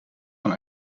van